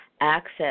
access